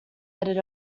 editor